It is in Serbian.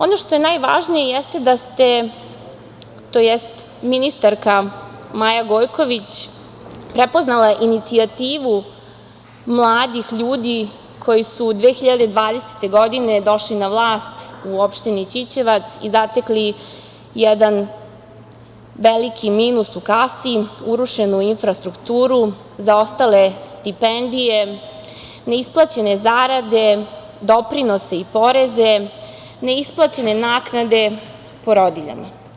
Ono što je najvažnije jeste da ste, tj. ministarka Maja Gojković, prepoznala inicijativu mladih ljudi koji su 2020. godine došli na vlast u opštini Ćićevac i zatekli jedan veliki minus u kasi, urušenu infrastrukturu, zaostale stipendije, neisplaćene zarade, doprinose i poreze, neisplaćene naknade porodiljama.